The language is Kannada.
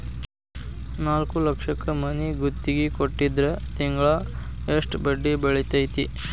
ನಾಲ್ಕ್ ಲಕ್ಷಕ್ ಮನಿ ಗುತ್ತಿಗಿ ಕೊಟ್ಟಿದ್ರ ತಿಂಗ್ಳಾ ಯೆಸ್ಟ್ ಬಡ್ದಿ ಬೇಳ್ತೆತಿ?